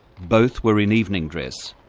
both were in evening dress.